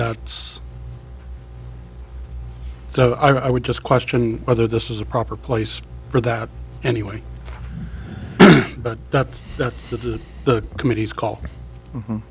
that's so i would just question whether this is the proper place for that anyway but that that is the committee's call